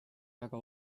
väga